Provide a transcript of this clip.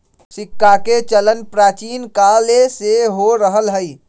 सिक्काके चलन प्राचीन काले से हो रहल हइ